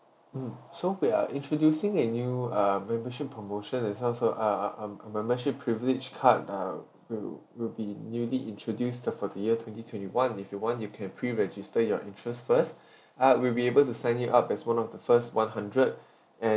mm so we are introducing a new uh membership promotion as well so a a mem~ membership privilege card uh will will be newly introduced ah for the year twenty twenty one if you want you can pre register your interest first ah we'll be able to sign you up as one of the first one hundred and